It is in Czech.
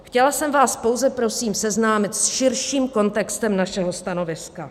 Chtěla jsem vás pouze prosím seznámit s širším kontextem našeho stanoviska.